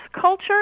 culture